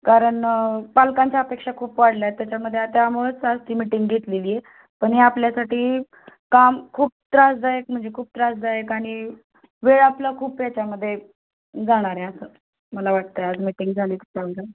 कारण पालकांच्या अपेक्षा खूप वाढल्या आहेत त्याच्यामध्ये त्यामुळेच आज ती मिटिंग घेतलेली आहे पण ही आपल्यासाठी काम खूप त्रासदायक म्हणजे खूप त्रासदायक आणि वेळ आपला खूप याच्यामध्ये जाणार आहे असं मला वाटतं आज मिटिंग झाली त्याच्याबद्दल